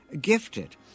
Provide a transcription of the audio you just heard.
gifted